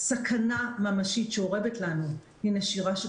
סכנה ממשית שאורבת לנו היא נשירה של